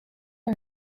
and